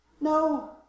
No